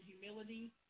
humility